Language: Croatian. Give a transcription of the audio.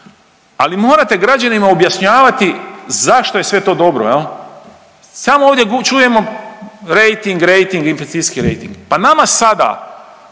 Ali morate građanima objašnjavati zašto je sve to dobro, samo ovdje čujemo rejting, rejting, investicijski rejting. Pa nama sada,